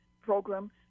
program